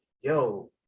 Yo